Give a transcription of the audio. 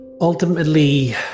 Ultimately